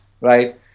right